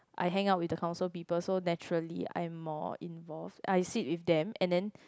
I hang out with the council people so then surely I am more involved I sit with them and then